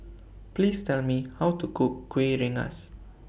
Please Tell Me How to Cook Kuih Rengas